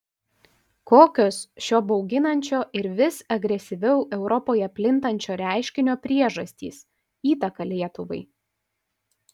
kokios šio bauginančio ir vis agresyviau europoje plintančio reiškinio priežastys įtaka lietuvai